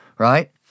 right